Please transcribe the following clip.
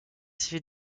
civil